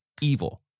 evil